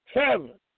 heaven